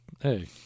hey